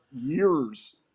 years